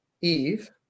Eve